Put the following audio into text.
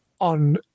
on